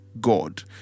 God